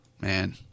man